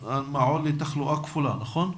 המעון לתחלואה כפולה, נכון?